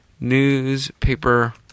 newspaper